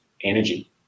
energy